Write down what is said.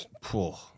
Poor